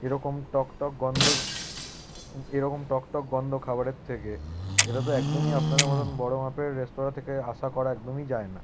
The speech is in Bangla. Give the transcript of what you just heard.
এরকম টক টক গন্ধ এরকম টক টক গন্ধ খাবারের থেকে এটা তো একদমই আপনাদের মতোন বড়ো মাপের রেস্তোরাঁ থেকে আশা করা একদমই যায় না